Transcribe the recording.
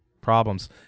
problems